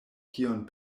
kion